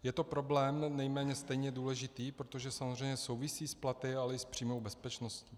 Je to problém nejméně stejně důležitý, protože samozřejmě souvisí s platy, ale i s přímou bezpečností.